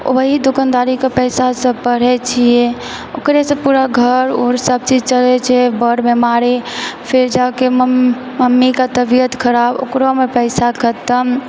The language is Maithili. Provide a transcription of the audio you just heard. ओएह दोकनदारीके पैसासँ पढ़ै छियै ओकरेसँ पूरा घर उर सब चीज चलै छै बर बेमारी फेर जाके मम्मीके तबियत खराब ओकरोमे पैसा खतम